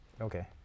Okay